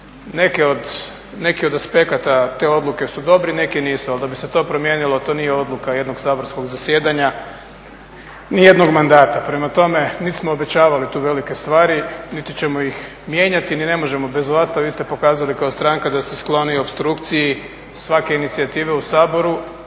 Neki od aspekata te odluke su dobri, neki nisu ali da bi se to promijenilo to nije odluka jednog saborskog zasjedanja, ni jednog mandata. Prema tome niti smo obećavali tu velike stvari niti ćemo ih mijenjati, ni ne možemo bez vas a vi ste pokazali kao stranka da ste skloni opstrukciji svake inicijative u Saboru